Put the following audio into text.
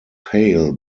pale